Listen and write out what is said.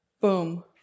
Boom